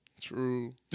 True